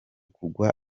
kugwa